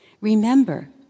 Remember